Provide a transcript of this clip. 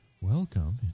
Welcome